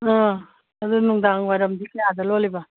ꯑ ꯑꯗꯨ ꯅꯨꯡꯗꯥꯡꯋꯥꯏꯔꯝꯗꯤ ꯀꯌꯥꯗ ꯂꯣꯜꯂꯤꯕ